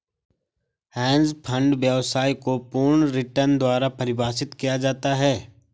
hedge fund व्यवसाय को पूर्ण रिटर्न द्वारा परिभाषित किया जाता है